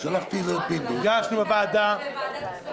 ביקשנו בוועדה,